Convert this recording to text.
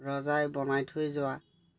ৰজাই বনাই থৈ যোৱা